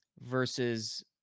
versus